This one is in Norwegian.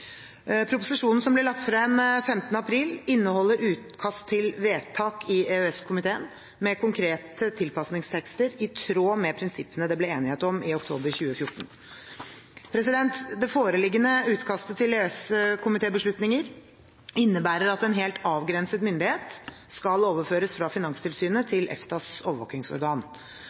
Proposisjonen som ble lagt frem 15. april, inneholder utkast til vedtak i EØS-komiteen med konkrete tilpasningstekster i tråd med prinsippene det ble enighet om i oktober 2014. Det foreliggende utkastet til EØS-komitébeslutninger innebærer at en helt avgrenset myndighet skal overføres fra Finanstilsynet til EFTAs overvåkingsorgan.